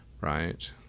right